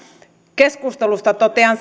keskustelusta totean